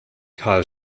karl